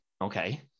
Okay